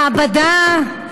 מעבדה,